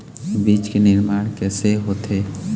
बीज के निर्माण कैसे होथे?